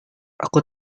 aku